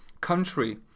country